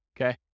Okay